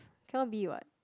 cannot be what